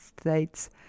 States